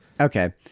Okay